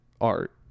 art